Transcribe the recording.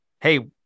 Hey